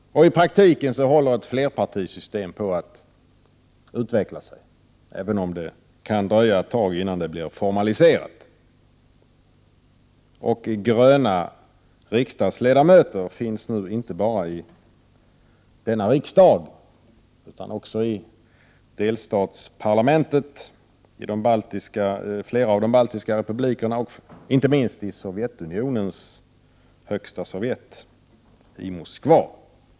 I praktiken håller ett flerpartisystem på att utvecklas, även om det kan dröja ett tag innan det blir formaliserat. Och gröna riksdagsledamöter finns nu inte bara i denna riksdag utan också i delstatsparlament i flera av de baltiska republikerna och inte minst i Sovjetunionens Högsta Sovjet i Moskva.